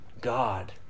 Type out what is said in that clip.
God